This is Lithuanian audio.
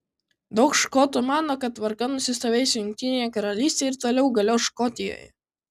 daug škotų mano kad tvarka nusistovėjusi jungtinėje karalystėje ir toliau galios škotijoje